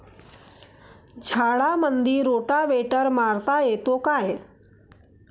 झाडामंदी रोटावेटर मारता येतो काय?